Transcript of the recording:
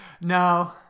no